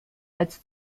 als